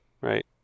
right